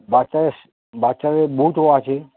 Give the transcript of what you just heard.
বাচ্চারা বাচ্চার বুটও আছে